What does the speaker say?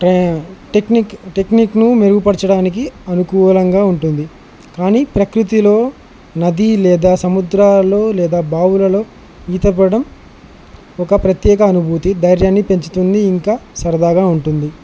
ట టెక్నిక్ టెక్నిక్ను మెరుగుపరచడానికి అనుకూలంగా ఉంటుంది కానీ ప్రకృతిలో నది లేదా సముద్రాలో లేదా బావులలో ఈతపడం ఒక ప్రత్యేక అనుభూతి ధైర్యాన్ని పెంచుతుంది ఇంకా సరదాగా ఉంటుంది